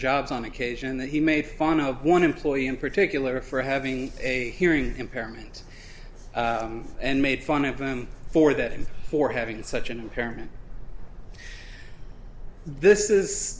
jobs on occasion that he made fun of one employee in particular for having a hearing impairment and made fun of them for that and for having such an impairment this is